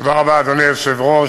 תודה רבה, אדוני היושב-ראש.